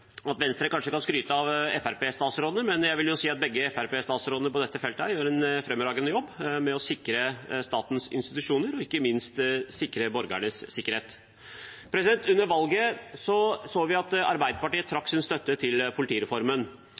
at Venstre kan skryte av Fremskrittsparti-statsrådene, men jeg vil si at begge Fremskrittsparti-statsrådene på dette feltet gjør en fremragende jobb med å sikre statens institusjoner og ikke minst borgernes sikkerhet. Under valget så vi at Arbeiderpartiet trakk sin støtte til politireformen.